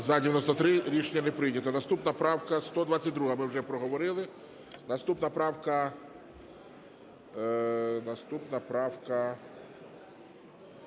За-93 Рішення не прийнято. Наступна правка… 122-а – ми вже проговорили. Наступна правка… Наступна правка